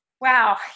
Wow